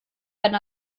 eine